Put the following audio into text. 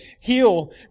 heal